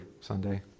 Sunday